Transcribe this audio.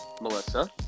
Melissa